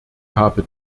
habe